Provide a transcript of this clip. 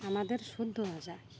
আমাদের শুদ্ধ ভাষা